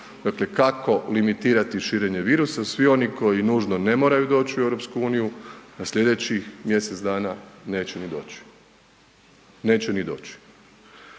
dakle kako limitirati širenje virusa, svi oni koji nužno ne moraju doć u EU da slijedećih mjesec dana neće ni doći, neće ni doći.